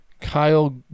Kyle